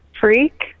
freak